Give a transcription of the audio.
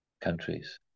countries